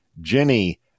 Jenny